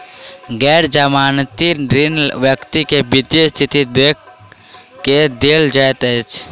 गैर जमानती ऋण व्यक्ति के वित्तीय स्थिति देख के देल जाइत अछि